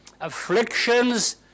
Afflictions